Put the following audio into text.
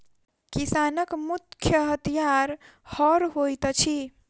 किसानक मुख्य हथियार हअर होइत अछि